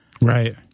Right